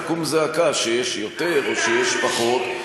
ואז תקום זעקה שיש יותר או שיש פחות.